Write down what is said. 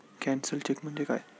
Cancelled cheque म्हणजे काय?